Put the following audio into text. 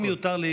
אם יותר לי,